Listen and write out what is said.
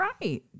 right